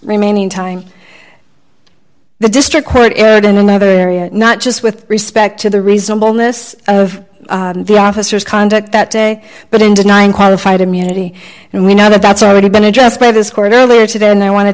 remaining time the district court in another area not just with respect to the reasonableness of the officers conduct that day but in denying qualified immunity and we know that that's already been addressed by this court earlier today and i want to